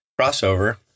crossover